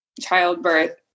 childbirth